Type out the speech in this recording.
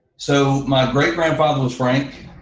so, my great grandfather was frank.